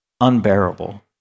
unbearable